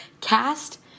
cast